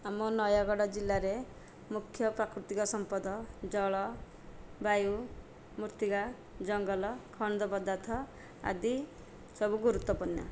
ଆମ ନୟାଗଡ଼ ଜିଲ୍ଲାରେ ମୁଖ୍ୟ ପ୍ରାକୃତିକ ସମ୍ପଦ ଜଳବାୟୁ ମୃତ୍ତିକା ଜଙ୍ଗଲ ଖଣିଜ ପଦାର୍ଥ ଆଦି ସବୁ ଗୁରୁତ୍ବପୁର୍ଣ